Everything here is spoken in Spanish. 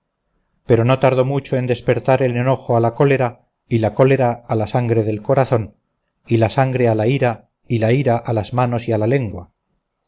pero no tardó mucho en despertar el enojo a la cólera y la cólera a la sangre del corazón y la sangre a la ira y la ira a las manos y a la lengua